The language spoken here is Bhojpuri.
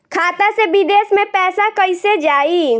खाता से विदेश मे पैसा कईसे जाई?